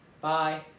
Bye